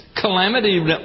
Calamity